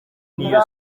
niyo